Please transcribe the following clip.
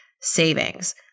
savings